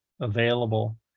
available